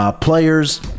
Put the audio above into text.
Players